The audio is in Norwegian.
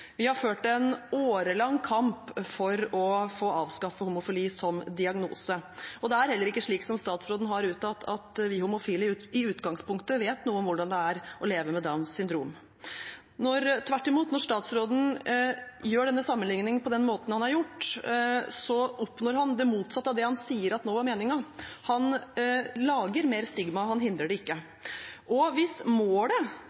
Vi har ført en årelang kamp for å få avskaffet homofili som diagnose. Det er heller ikke slik, som statsråden har uttalt, at vi homofile i utgangspunktet vet noe om hvordan det er å leve med Downs syndrom. Tvert imot, når statsråden gjør denne sammenligningen på den måten han har gjort, oppnår han det motsatte av det han nå sier var meningen. Han lager mer stigma, han hindrer det